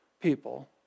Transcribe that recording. people